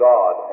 God